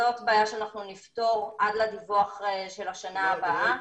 זאת בעיה שאנחנו נפתור עד לדיווח של השנה הבאה